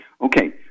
Okay